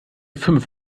fünf